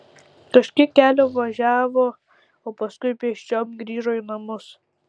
kažkiek kelio važiavo o paskui pėsčiom grįžo į namus